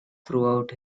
throughout